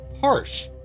harsh